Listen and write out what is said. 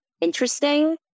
interesting